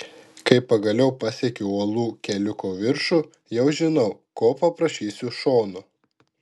kai pagaliau pasiekiu uolų keliuko viršų jau žinau ko paprašysiu šono